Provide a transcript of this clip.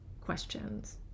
questions